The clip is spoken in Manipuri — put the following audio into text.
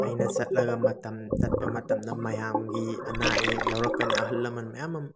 ꯑꯩꯅ ꯆꯠꯂꯒ ꯃꯇꯝ ꯆꯠꯄ ꯃꯇꯝꯗ ꯃꯌꯥꯝꯒꯤ ꯑꯅꯥ ꯑꯌꯦꯛ ꯌꯥꯎꯔꯛꯀꯅꯤ ꯑꯍꯜ ꯂꯃꯟ ꯃꯌꯥꯝ ꯑꯃ